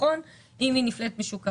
אם היא נפלטת משוק העבודה.